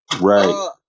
Right